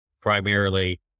primarily